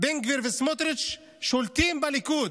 בן גביר וסמוטריץ' שולטים בליכוד.